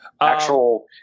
Actual